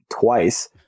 Twice